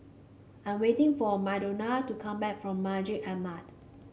I'm waiting for Madonna to come back from Masjid Ahmad